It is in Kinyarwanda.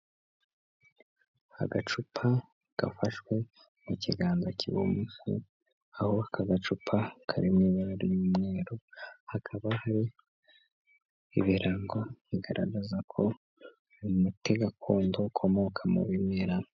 Agacupa gafashwe mu kiganza cy'ibumoso, aho aka gacupa kari mu ibara ry'umweru, hakaba hariho ibirango igaragaza ko uyu muti gakondo ukomoka mu bimera.